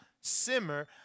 simmer